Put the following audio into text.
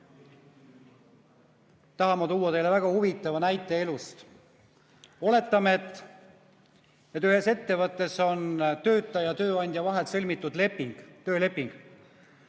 tahan tuua teile väga huvitava näite elust. Oletame, et ühes ettevõttes on töötaja ja tööandja vahel sõlmitud leping, tööleping.